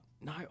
no